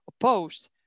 opposed